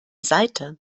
seite